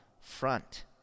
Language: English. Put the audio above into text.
front